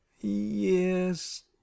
yes